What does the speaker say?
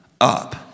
up